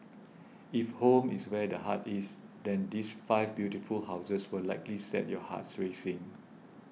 if home is where the heart is then these five beautiful houses will likely set your hearts racing